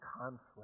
conflict